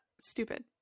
stupid